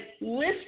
list